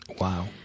Wow